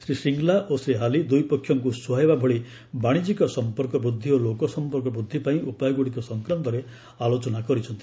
ଶ୍ରୀ ଶ୍ରୀଙ୍ଗ୍ଲା ଓ ଶ୍ରୀ ହ୍ୟାଲି ଦୁଇପକ୍ଷଙ୍କୁ ସୁହାଇବା ଭଳି ବାଶିଜ୍ୟିକ ସଂପର୍କ ବୃଦ୍ଧି ଓ ଲୋକସଂପର୍କ ବୃଦ୍ଧି ପାଇଁ ଉପାୟଗୁଡ଼ିକ ସଂକ୍ରାନ୍ତରେ ଆଲୋଚନା କରିଛନ୍ତି